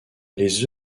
les